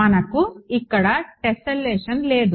మనకు ఇక్కడ టెస్సలేషన్ లేదు